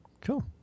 cool